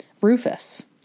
Rufus